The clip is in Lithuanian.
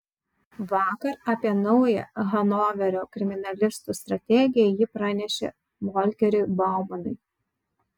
vakar apie naują hanoverio kriminalistų strategiją ji pranešė volkeriui baumanui